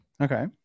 Okay